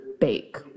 bake